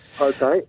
Okay